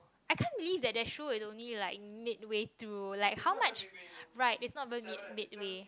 I can't believe that that show is only like midway through like how much right it's not even mid midway